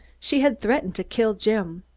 she had threatened to kill jim.